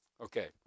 okay